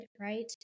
right